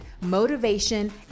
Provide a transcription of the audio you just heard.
motivation